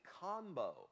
combo